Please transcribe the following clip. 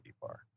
bar